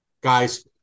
guys